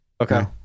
Okay